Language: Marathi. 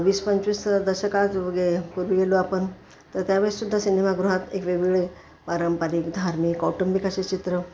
वीस पंचवीस दशकात वगे पूर्वी गेलो आपण तर त्यावेळेस सुद्धा सिनेमागृहात एक वेगवेगळे पारंपरिक धार्मिक कौटुंबिक असे चित्र